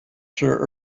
sir